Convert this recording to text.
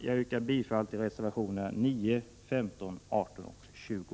Jag yrkar bifall till reservationerna 9, 15, 18 och 20.